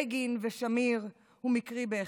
בגין ושמיר הוא מקרי בהחלט,